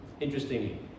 interestingly